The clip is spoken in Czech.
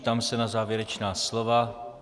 Ptám se na závěrečná slova.